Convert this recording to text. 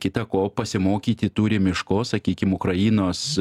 kita ko pasimokyti turim iš ko sakykim ukrainos